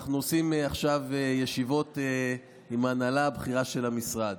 אנחנו עושים עכשיו ישיבות עם ההנהלה הבכירה של המשרד,